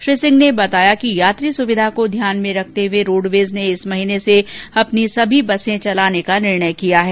श्री सिंह ने बताया कि यात्री सुविधा को ध्यान में रखते हुए रोडवेज ने इस महीने से अपनी सभी बसें चलाने का निर्णय लिया है